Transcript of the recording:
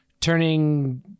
turning